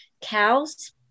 cows